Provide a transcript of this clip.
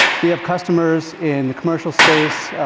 we have customers in the commercial space,